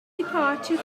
departure